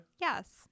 Yes